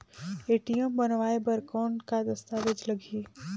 ATM बनवाय बर कौन का दस्तावेज लगही?